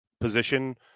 position